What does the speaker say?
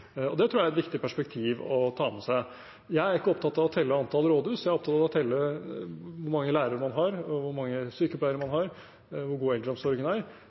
Det tror jeg er et viktig perspektiv å ta med seg. Jeg er ikke opptatt av å telle antall rådhus, jeg er opptatt av å telle hvor mange lærere man har, hvor mange sykepleiere man har, og hvor god eldreomsorgen er. Det må være mye viktigere enn hvor mange rådhus det er